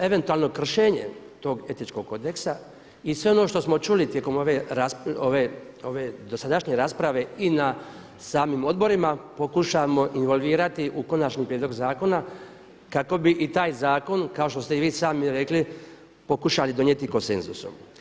eventualno kršenje tog etičkog kodeksa i sve ono što smo čuli tijekom ove dosadašnje rasprave i na samim odborima, pokušamo involvirati u konačni prijedlog zakona kako bi i taj zakon kao što ste i vi sami rekli pokušali donijeti konsenzusom.